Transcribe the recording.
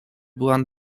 byłam